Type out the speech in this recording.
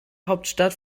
hauptstadt